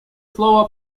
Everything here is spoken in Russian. слово